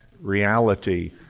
reality